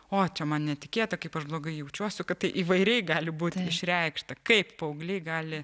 o čia man netikėta kaip aš blogai jaučiuosi kaip tai įvairiai gali būti išreikšta kaip paaugliai gali